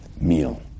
meal